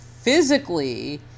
physically